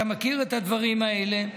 אתה מכיר את הדברים האלה.